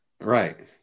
Right